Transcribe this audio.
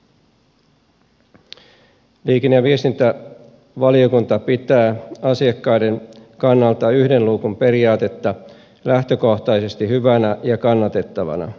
liikenne ja viestintävaliokunta pitää asiakkaiden kannalta yhden luukun periaatetta lähtökohtaisesti hyvänä ja kannatettavana